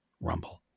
rumble